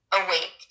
awake